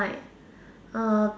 like uh